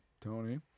Tony